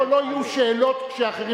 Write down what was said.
פה לא יהיו שאלות כשאחרים,